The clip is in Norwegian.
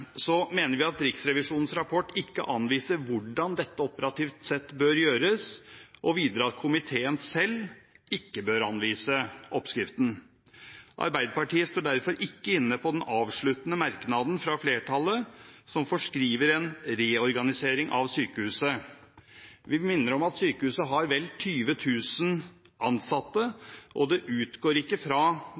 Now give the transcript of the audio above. mener vi at Riksrevisjonens rapport ikke anviser hvordan dette operativt sett bør gjøres, og videre at komiteen selv ikke bør anvise oppskriften. Arbeiderpartiet står derfor ikke inne på den avsluttende merknaden fra flertallet, som foreskriver en reorganisering av sykehuset. Vi minner om at sykehuset har vel 20 000 ansatte, og det utgår ikke fra